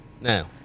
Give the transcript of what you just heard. Now